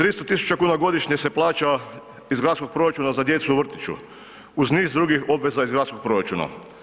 300.000,00 kn godišnje se plaća iz gradskog proračuna za djecu u vrtiću uz niz drugih obveza iz gradskog proračuna.